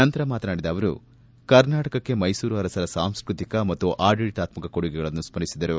ನಂತರ ಮಾತನಾಡಿದ ಅವರು ಕರ್ನಾಟಕಕ್ಕೆ ಮೈಸೂರು ಅರಸರ ಸಾಂಸ್ಟತಿಕ ಮತ್ತು ಆಡಳಿತಾತ್ಮಕ ಕೊಡುಗೆಗಳನ್ನು ಸ್ಥರಿಸಿದರು